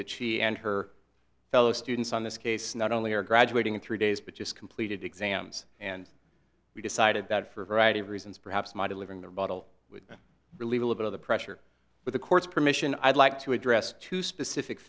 that she and her fellow students on this case not only are graduating in three days but just completed exams and we decided that for a variety of reasons perhaps my delivering the rebuttal with relieve a bit of the pressure with the court's permission i'd like to address two specific